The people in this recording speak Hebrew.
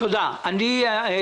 הם הביאו את זה יחד עם הקנאביס.